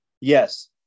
Yes